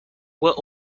were